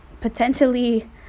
potentially